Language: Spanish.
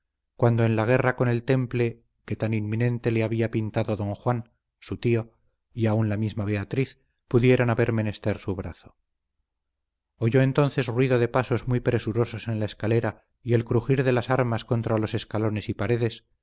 cuando en la guerra con el temple que tan inminente le había pintado don juan su tío y aun la misma beatriz pudieran haber menester su brazo oyó entonces ruido de pasos muy presurosos en la escalera y el crujir de las armas contra los escalones y paredes